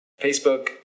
Facebook